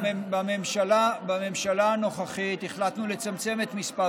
בממשלה הנוכחית החלטנו לצמצם את מספר